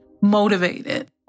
motivated